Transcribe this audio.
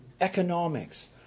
economics